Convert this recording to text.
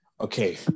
okay